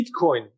Bitcoin